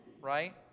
right